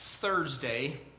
Thursday